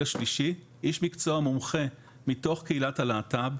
השלישי איש מקצוע מומחה מתוך קהילת הלהט"ב,